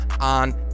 on